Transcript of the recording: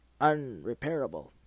unrepairable